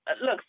Look